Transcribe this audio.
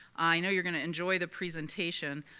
i know you're going to enjoy the presentation.